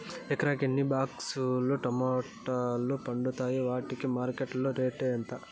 ఎకరాకి ఎన్ని బాక్స్ లు టమోటాలు పండుతాయి వాటికి మార్కెట్లో రేటు ఎంత?